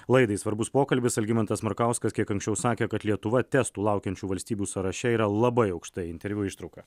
laidai svarbus pokalbis algimantas markauskas kiek anksčiau sakė kad lietuva testų laukiančių valstybių sąraše yra labai aukštai interviu ištrauka